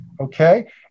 Okay